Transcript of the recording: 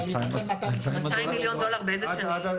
200 מיליון דולר באיזה שנים?